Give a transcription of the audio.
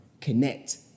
connect